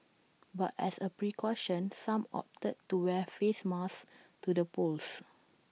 but as A precaution some opted to wear face masks to the polls